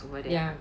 ya